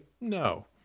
no